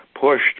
pushed